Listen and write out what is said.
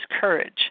courage